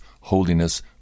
holiness